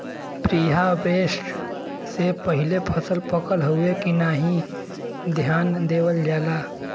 preharvest से पहिले फसल पकल हउवे की नाही ध्यान देवल जाला